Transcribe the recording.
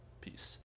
Peace